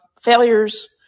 failures